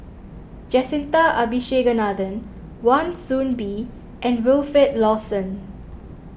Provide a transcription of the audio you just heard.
Jacintha Abisheganaden Wan Soon Bee and Wilfed Lawson